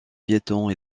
piétons